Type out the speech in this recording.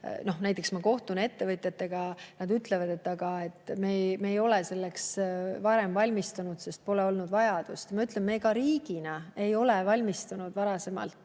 näiteks ma kohtun ettevõtjatega ja nad ütlevad, et aga me ei ole selleks varem valmistunud, sest pole olnud vajadust. Mina ütlen, et me ka riigina ei ole varasemalt